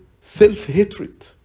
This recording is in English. self-hatred